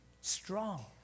strong